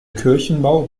kirchenbau